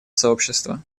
сообщества